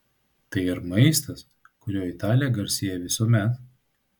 tai ir maistas kuriuo italija garsėjo visuomet